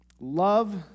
love